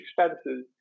expenses